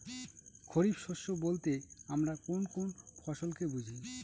খরিফ শস্য বলতে আমরা কোন কোন ফসল কে বুঝি?